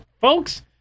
Folks